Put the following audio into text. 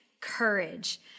courage